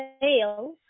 fail